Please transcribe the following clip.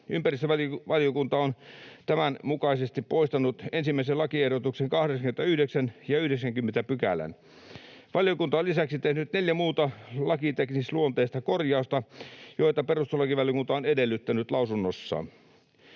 Ympäristövaliokunta on tämän mukaisesti poistanut 1. lakiehdotuksen 89 ja 90 §:t. Valiokunta on lisäksi tehnyt neljä muuta lakiteknisluonteista korjausta, joita perustuslakivaliokunta on edellyttänyt lausunnossaan.